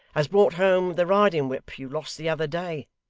has brought home the riding-whip you lost the other day.